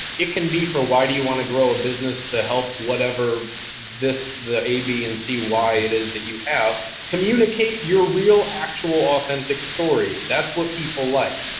it can be for why do you want to grow a business to help whatever this, the a, b, and c why it is that you have communicate your real actual, authentic story. that's what people like.